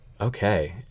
Okay